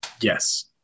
Yes